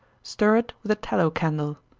stir it with a tallow candle.